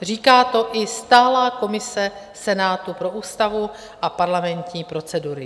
Říká to i stálá komise Senátu pro ústavu a parlamentní procedury.